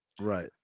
Right